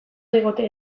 digute